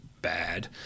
bad